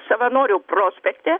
savanorių prospekte